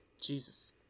Jesus